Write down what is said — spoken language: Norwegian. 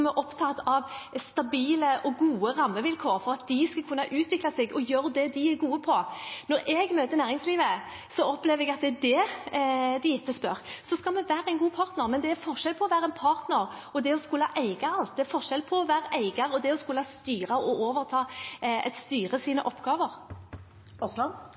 opptatt av stabile og gode rammevilkår for at de skal kunne utvikle seg og gjøre det de er gode på. Når jeg møter næringslivet, opplever jeg at det er det de etterspør. Vi skal være en god partner, men det er forskjell på å være en partner og å skulle eie alt. Det er forskjell på å være eier og å skulle styre og overta et styres oppgaver. Det blir oppfølgingsspørsmål – først Terje Aasland.